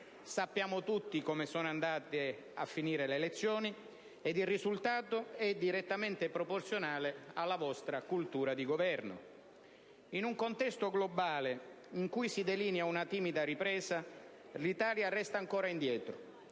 Sappiamo tutti come sono andate a finire le elezioni ed il risultato è direttamente proporzionale alla vostra cultura di governo. In un contesto globale in cui si delinea una timida ripresa, l'Italia resta ancora indietro.